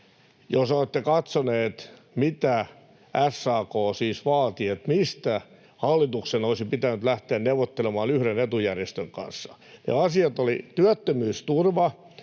jos olette katsoneet, mitä SAK siis vaatii, mistä hallituksen olisi pitänyt lähteä neuvottelemaan yhden etujärjestön kanssa, niin ensimmäinen asia oli työttömyysturva,